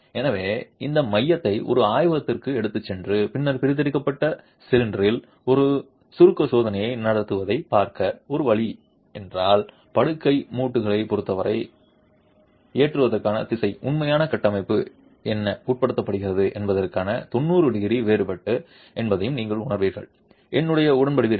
எனவே இந்த மையத்தை ஒரு ஆய்வகத்திற்கு எடுத்துச் சென்று பின்னர் பிரித்தெடுக்கப்பட்ட சிலிண்டரில் ஒரு சுருக்க சோதனையை நடத்துவதைப் பார்க்க ஒரு வழி என்றால் படுக்கை மூட்டுகளைப் பொறுத்தவரை ஏற்றுவதற்கான திசை உண்மையான கட்டமைப்பு என்ன உட்படுத்தப்படுகிறது என்பதற்கு 90 டிகிரி வேறுபட்டது என்பதை நீங்கள் உணருவீர்கள் என்னுடன் உடன்படுவீர்கள்